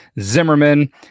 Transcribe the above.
Zimmerman